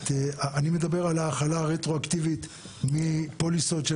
אני מדבר על ההחלה הרטרואקטיבית מפוליסות של